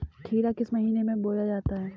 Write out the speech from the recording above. खीरा किस महीने में बोया जाता है?